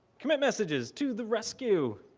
commit messages to the rescue.